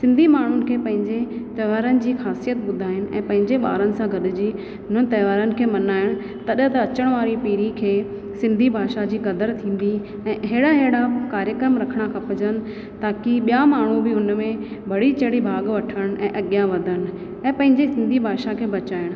सिंधी माण्हुनि खे पंहिंजे त्योहारनि जी ख़ासियत ॿुधाइनि ऐं पंहिंजे ॿारनि सां गॾिजी उन्हनि त्योहारनि खे मल्हाइण तॾहिं त अचणु वारी पीढ़ी खे सिंधी भाषा जी क़दुरु थींदी ऐं अहिड़ा अहिड़ा कार्यक्रम रखिणा खपिजनि ताकि ॿियां माण्हू बि उन में बढ़ी चढ़ी भाग वठण ऐं अॻियां वधनि ऐं पंहिंजे सिंधी भाषा खे बचाइण